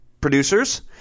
producers